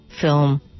film